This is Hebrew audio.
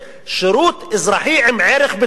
שירות אזרחי עם ערך ביטחוני.